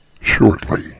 shortly